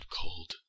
cold